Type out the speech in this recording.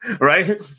Right